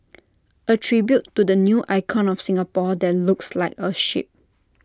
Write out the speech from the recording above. A tribute to the new icon of Singapore that looks like A ship